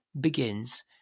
begins